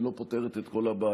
היא לא פותרת את כל הבעיה.